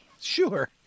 Sure